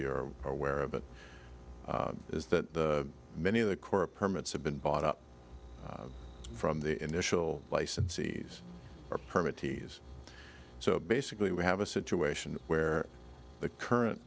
are aware of it is that many of the core permits have been bought up from the initial licensees or permit tease so basically we have a situation where the current